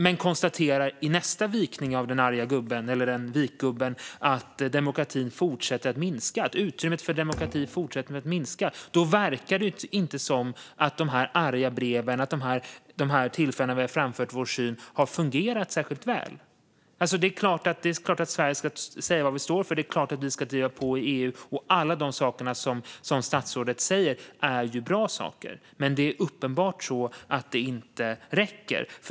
Men i nästa vikning av vikgubben konstateras att utrymmet för demokrati fortsätter att minska. Då verkar det inte som att de arga breven och de tillfällen då vi framfört vår syn har fungerat särskilt väl. Det är klart att Sverige ska säga vad vi står för. Det är klart att vi ska driva på i EU. Alla de saker som statsrådet säger är bra saker. Men det är uppenbart så att det inte räcker.